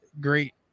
great